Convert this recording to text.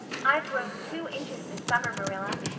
i've grown two inches this summer, marilla.